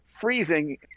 freezing